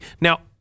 Now